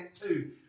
two